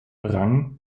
rang